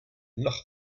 noch